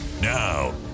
Now